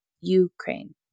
Ukraine